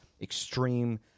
extreme